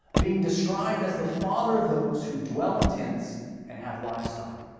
being described as the father of those who dwell in tents and have livestock.